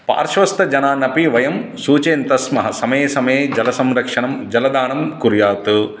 पार्श्वस्थजनान् अपि वयं सूचयन्तः स्मः समये समये जलसंरक्षणं जलदानं कुर्यात्